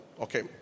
Okay